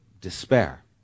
despair